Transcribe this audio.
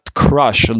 crush